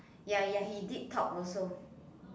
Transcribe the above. ya ya he did talk also